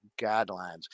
guidelines